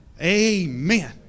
Amen